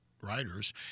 writers